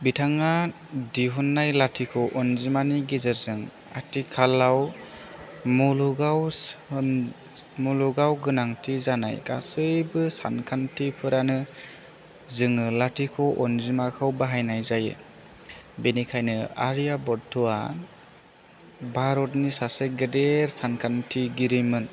बिथाङा दिहुन्नाय लाथिख' अनजिमानि गेजेरजों आथिखालाव मुलुगाव मुलुगाव गोनांथि जानाय गासिबो सानखान्थिफोरानो जोङो लाथिख' अनजिमाखौ बाहायनाय जायो बेनिखायनो आर्यभत्त'या भारतनि सासे गेदेर सानखान्थिगिरिमोन